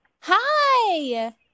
Hi